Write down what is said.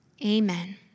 Amen